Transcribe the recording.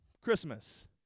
Christmas